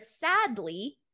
sadly